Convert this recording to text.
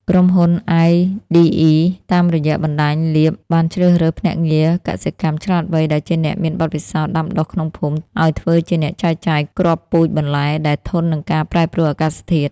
ក្រុមហ៊ុន អាយឌីអ៊ី (iDE) តាមរយៈបណ្ដាញ Leap បានជ្រើសរើស "ភ្នាក់ងារកសិកម្មឆ្លាតវៃ" ដែលជាអ្នកមានបទពិសោធន៍ដាំដុះក្នុងភូមិ ឱ្យធ្វើជាអ្នកចែកចាយគ្រាប់ពូជបន្លែដែលធន់នឹងការប្រែប្រួលអាកាសធាតុ។